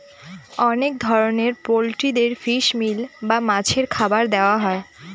অনেক ধরনের পোল্ট্রিদের ফিশ মিল বা মাছের খাবার দেওয়া হয়